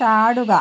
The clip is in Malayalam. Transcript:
ചാടുക